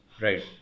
right